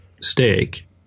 steak